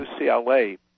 UCLA